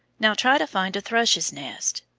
now try to find a thrush's nest.